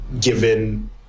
given